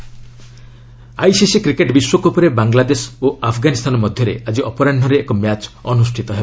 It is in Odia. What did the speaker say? କ୍ରିକେଟ୍ ଡବ୍ଲ୍ୟସି ଆଇସିସି କ୍ରିକେଟ୍ ବିଶ୍ୱକପ୍ରେ ବାଂଲାଦେଶ ଓ ଆଫଗାନିସ୍ତାନ ମଧ୍ୟରେ ଆଜି ଅପରାହୁରେ ଏକ ମ୍ୟାଚ୍ ଅନୁଷ୍ଠିତ ହେବ